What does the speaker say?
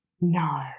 No